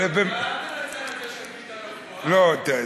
אל תנצל את זה שביטן לא פה,